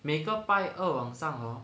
每个拜二晚上 hor